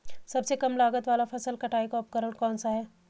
सबसे कम लागत वाला फसल कटाई का उपकरण कौन सा है?